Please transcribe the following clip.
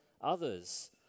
others